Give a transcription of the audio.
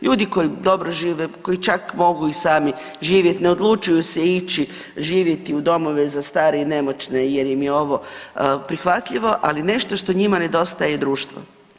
Ljudi koji dobro žive, koji čak mogu i sami živjeti, ne odlučuju se ići živjeti u domove za starije i nemogućne jer im je ovo prihvatljivo, ali nešto što njima nedostaje je društvo.